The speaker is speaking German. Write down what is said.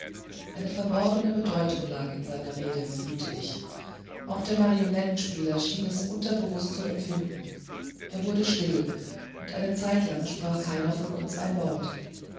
eine verborgene bedeutung lag in seiner rede fühlte ich auch der marionettenspieler schien es unterbewußt zu empfinden er wurde still und eine zeitlang sprach keiner von uns ein wort